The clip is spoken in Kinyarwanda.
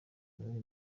bari